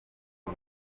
ubu